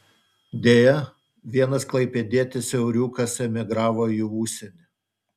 deja vienas klaipėdietis euriukas emigravo į užsienį